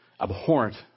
abhorrent